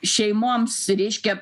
šeimoms reiškia